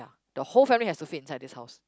ya the whole family has to fit inside this house